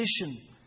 position